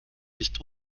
ist